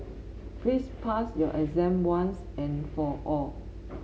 please pass your exam once and for all